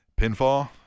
Pinfall